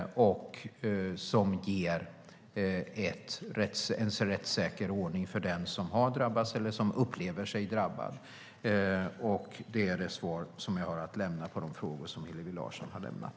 Det är en rättssäker ordning för den som har drabbats eller som upplever sig drabbad. Det är de svar jag har att lämna på de frågor som Hillevi Larsson ställt.